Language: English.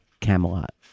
Camelot